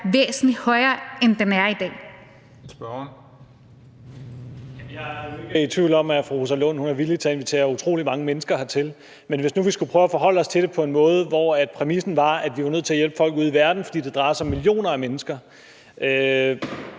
væsentlig højere, end den er i dag.